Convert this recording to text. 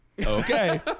Okay